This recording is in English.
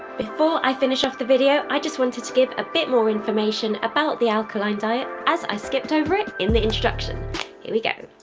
before i finish up the video. i just wanted to give a bit more info about the alkaline diet as i skipped over it in the introduction. here we go.